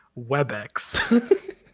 webex